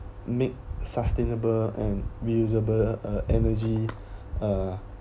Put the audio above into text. make sustainable and reusable uh energy uh